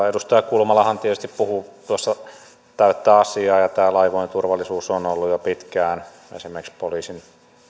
edustaja kulmalahan tietysti puhui tuossa täyttä asiaa ja tämä laivojen turvallisuus on ollut jo pitkään esimerkiksi poliisin